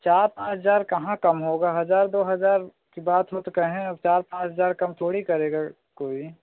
चार पाँच हज़ार कहाँ कम होगा हज़ार दो हज़ार की बात हो तो कहें चार पाँच हज़ार कम थोड़ी करेगा कोई